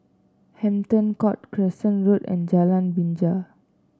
Hampton Court Crescent Road and Jalan Binja